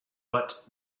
but